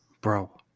Bro